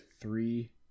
three